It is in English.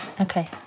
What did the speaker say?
Okay